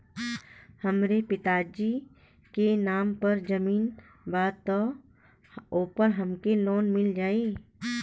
हमरे पिता जी के नाम पर जमीन बा त ओपर हमके लोन मिल जाई?